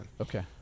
Okay